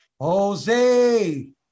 Jose